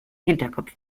hinterkopf